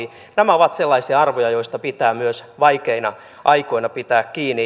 nämä ovat sellaisia arvoja joista pitää myös vaikeina aikoina pitää kiinni